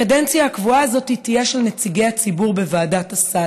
הקדנציה הקבועה הזאת תהיה של נציגי הציבור בוועדת הסל.